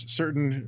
certain